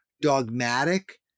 dogmatic